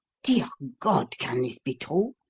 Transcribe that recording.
dear god, can this be true?